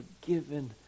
forgiven